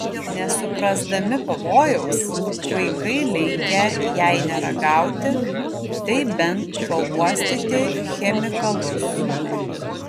nesuprasdami pavojaus vaikai linkę jei ne ragauti tai bent pauostyti chemikalus